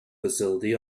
facility